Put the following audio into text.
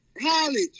college